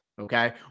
okay